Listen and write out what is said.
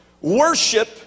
Worship